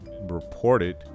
reported